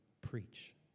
preach